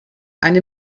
eine